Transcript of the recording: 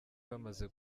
bamaze